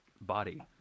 body